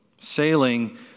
sailing